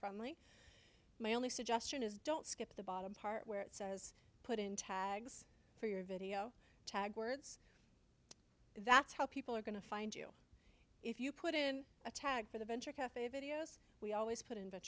friendly my only suggestion is don't skip the bottom part where it says put in tags for your video tag words that's how people are going to find you if you put in a tag for the venture cafe videos we always put in